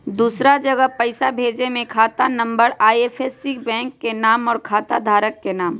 दूसरा जगह पईसा भेजे में खाता नं, आई.एफ.एस.सी, बैंक के नाम, और खाता धारक के नाम?